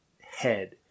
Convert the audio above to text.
head